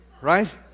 Right